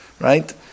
right